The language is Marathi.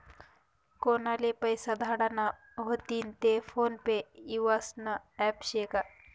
कोनले पैसा धाडना व्हतीन ते फोन पे ईस्वासनं ॲप शे का?